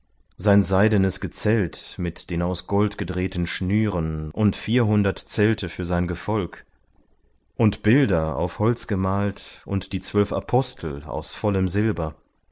sein seidenes gezelt mit den aus gold gedrehten schnüren und vierhundert zelte für sein gefolg und bilder auf holz gemalt und die zwölf apostel aus vollem silber